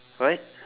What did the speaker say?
what